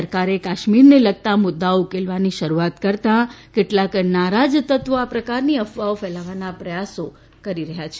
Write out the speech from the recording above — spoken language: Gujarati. સરકારે કાશ્મીરને લગતા મુદ્દાઓ ઉકેલવાની શરૂઆત કરતા કેટલાક નારાજ તત્વો આ પ્રકારની અફવાઓ ફેલાવવાના પ્રયાસો કરી રહ્યા છે